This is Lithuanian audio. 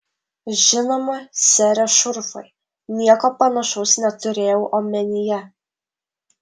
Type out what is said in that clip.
žinoma sere šurfai nieko panašaus neturėjau omenyje